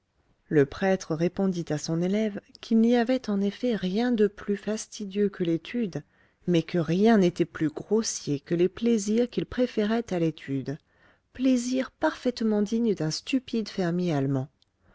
le prêtre répondit à son élève qu'il n'y avait en effet rien de plus fastidieux que l'étude mais que rien n'était plus grossier que les plaisirs qu'il préférait à l'étude plaisirs parfaitement dignes d'un stupide fermier allemand